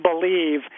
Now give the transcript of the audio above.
believe